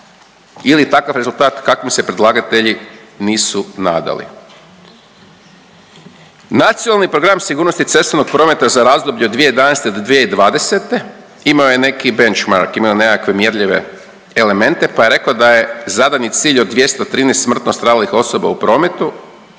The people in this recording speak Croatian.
ili takav rezultat kakvim se predlagatelji nisu nadali. Nacionalnih program sigurnosti cestovnog prometa za razdoblje 2011.-2020. imao je neki benchmark imao je nekakve mjerljive elemente pa je rekla da je zadani cilj od 213 smrtno stradalih osoba u prometu